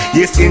Yes